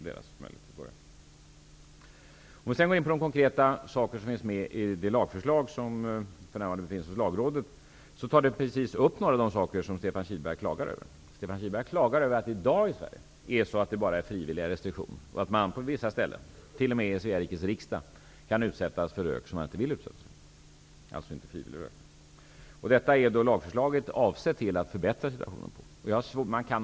Sedan skall jag gå in på de konkreta saker som finns med i det lagförslag som för närvarande finns hos Lagrådet. I lagförslaget tas upp just några av de saker som Stefan Kihlberg klagar över. Stefan Kihlberg klagar över att det i dag i Sverige bara finns restriktioner som bygger på frivillighet och att man på vissa ställen, t.o.m. i Svea rikes riksdag, kan utsättas för icke önskvärd rök. Det handlar alltså om icke frivillig rökning. Lagförslaget syftar till en förbättring av situationen i just detta avseende.